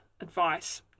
advice